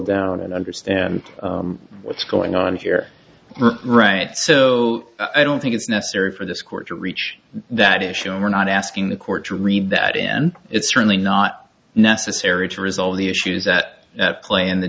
down and understand what's going on here right so i don't think it's necessary for this court to reach that issue and we're not asking the court to read that and it's certainly not necessary to resolve the issues at play in the